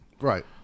Right